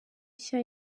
nshya